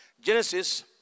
Genesis